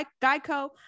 Geico